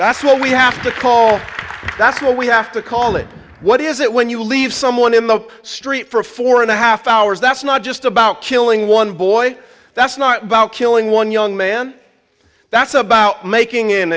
that's what we have to call that's what we have to call it what is it when you leave someone in the street for four and a half hours that's not just about killing one boy that's not about killing one young man that's about making